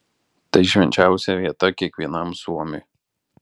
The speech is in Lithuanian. tai švenčiausia vieta kiekvienam suomiui